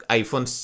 iPhone